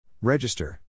Register